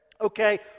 okay